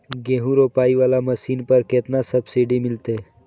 गेहूं रोपाई वाला मशीन पर केतना सब्सिडी मिलते?